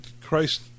Christ